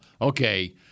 okay